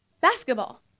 basketball